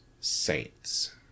Saints